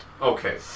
Okay